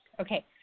Okay